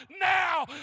now